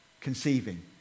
Conceiving